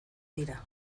dira